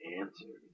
answer